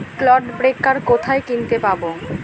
Clod breaker কোথায় কিনতে পাব?